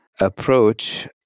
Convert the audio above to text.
approach